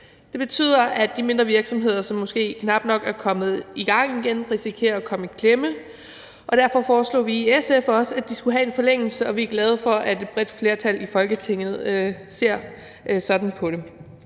Det betyder, at de mindre virksomheder, som måske knap nok er kommet i gang igen, risikerer at komme i klemme, og derfor foreslog vi i SF også, at de skulle have en forlængelse, og vi er glade for, at et bredt flertal i Folketinget ser sådan på det.